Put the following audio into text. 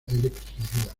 electricidad